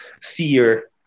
fear